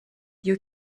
you